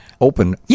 open